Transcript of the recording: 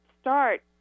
start